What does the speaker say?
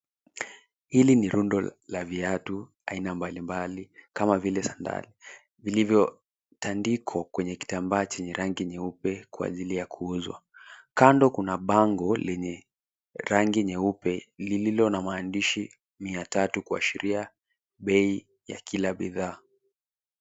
Hili ni rundo la viatu aina mbalimbali kama vile sandali vilivyotandikwa kwenye kitambaa chenye rangi nyeupe kwa ajili ya kuuzwa. Kando kuna bango lenye rangi nyeupe lililo na maandishi 300 kuashiria bei ya kila bidhaa.